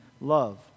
love